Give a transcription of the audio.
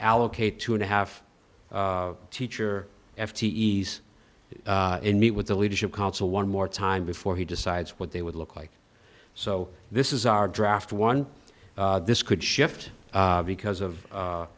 allocate two and a half teacher f t e s and meet with the leadership council one more time before he decides what they would look like so this is our draft one this could shift because of